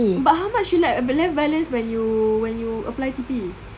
but how much you left left balance when you when you apply T_P